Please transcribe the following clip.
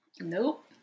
Nope